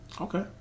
Okay